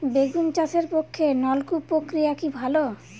বেগুন চাষের পক্ষে নলকূপ প্রক্রিয়া কি ভালো?